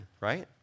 right